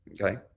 okay